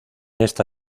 esta